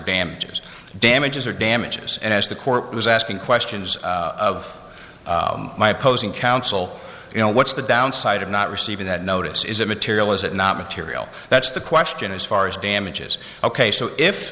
damages damages or damages and as the court was asking questions of my opposing counsel you know what's the downside of not receiving that notice is immaterial is it not material that's the question as far as damages ok so if